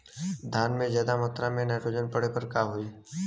धान में ज्यादा मात्रा पर नाइट्रोजन पड़े पर का होई?